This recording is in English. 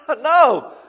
No